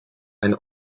eine